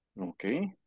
Okay